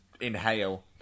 inhale